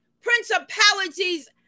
principalities